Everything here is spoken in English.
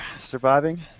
surviving